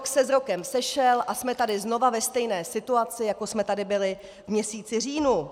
Rok se s rokem sešel a jsme tady znova ve stejné situaci, jako jsme tady byli v měsíci říjnu.